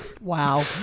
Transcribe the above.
Wow